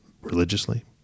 religiously